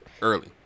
Early